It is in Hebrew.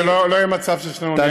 שלא יהיה מצב ששנינו נהיה על הדוכן.